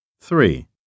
three